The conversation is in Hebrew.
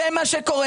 זה מה שקורה.